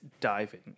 diving